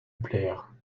plaire